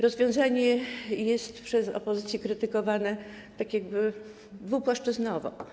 Rozwiązanie jest przez opozycję krytykowane tak jakby dwupłaszczyznowo.